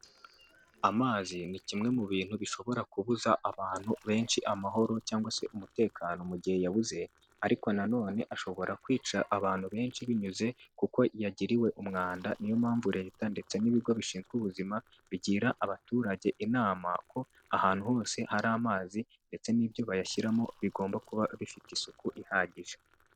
Amazi ni kimwe mu bintu bishobora kubuza abantu benshi amahoro, cyangwa se umutekano mu gihe yabuze, ariko na none ashobora kwica abantu benshi binyuze kuko yagiriwe umwanda, niyo mpamvu Leta ndetse n'ibigo bishinzwe ubuzima, bigira abaturage inama ko ahantu hose hari amazi ndetse n'ibyo bayashyiramo bigomba kuba bifite isuku ihagije.